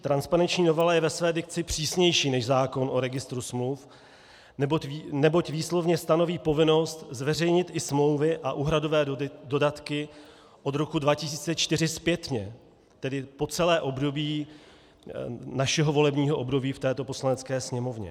Transparenční novela je ve své dikci přísnější než zákon o registru smluv, neboť výslovně stanoví povinnost zveřejnit i smlouvy a úhradové dodatky od roku 2014 zpětně, tedy po celé období našeho volebního období v této Poslanecké sněmovně.